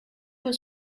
was